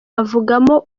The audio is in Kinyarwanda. avugamo